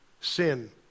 Sin